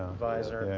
visor, and